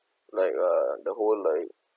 like uh the whole like